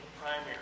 primary